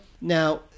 Now